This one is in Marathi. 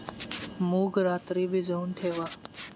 मूग रात्री भिजवून ठेवा